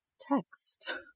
text